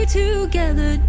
together